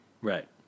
Right